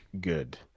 good